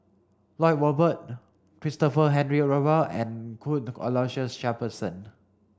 Lloyd Valberg Christopher Henry Rothwell and Cuthbert Aloysius Shepherdson